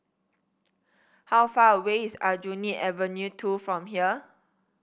how far away is Aljunied Avenue Two from here